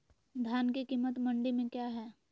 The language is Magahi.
धान के कीमत मंडी में क्या है?